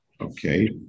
okay